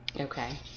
Okay